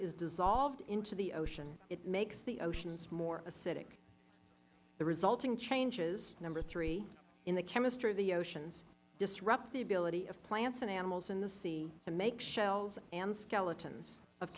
is dissolved into the ocean it makes the oceans more acidic the resulting changes number three in the chemistry of the oceans disrupt the ability of plants and animals in the sea to make shells and skeletons of